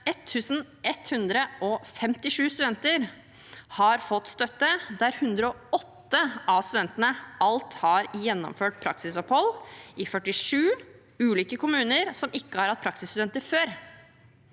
1 157 studenter har fått støtte, der 108 av studentene alt har gjennomført praksisopphold – i 47 ulike kommuner som ikke har hatt praksisstudenter før.